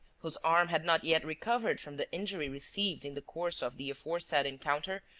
whose arm had not yet recovered from the injury received in the course of the aforesaid encounter,